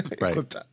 Right